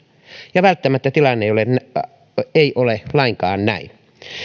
ja välttämättä tilanne ei ole lainkaan näin